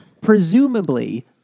presumably